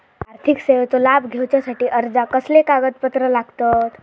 आर्थिक सेवेचो लाभ घेवच्यासाठी अर्जाक कसले कागदपत्र लागतत?